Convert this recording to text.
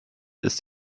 ist